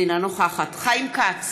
אינה נוכחת חיים כץ,